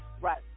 Right